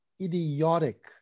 idiotic